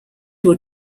were